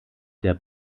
der